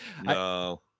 No